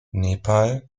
nepal